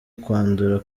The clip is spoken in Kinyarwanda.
kwandura